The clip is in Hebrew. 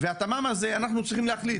וצריך להחליט,